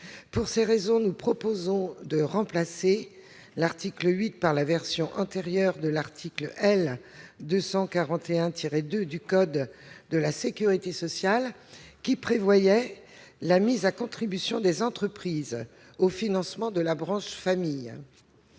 Pour ces raisons, nous proposons de rétablir la version antérieure de l'article L. 241-2 du code de la sécurité sociale, qui prévoyait la mise à contribution des entreprises au financement de la branche famille.